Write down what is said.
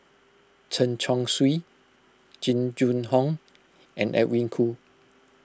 Chen Chong Swee Jing Jun Hong and Edwin Koo